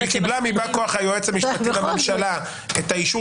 היא קיבלה מבא-כוח היועץ המשפטי לממשלה את האישור